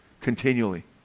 Continually